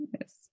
Yes